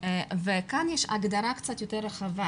כאן יש הגדרה קצת יותר רחבה,